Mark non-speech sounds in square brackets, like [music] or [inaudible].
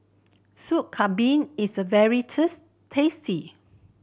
Soup Kambing is very [unintelligible] tasty